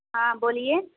हाँ बोलिए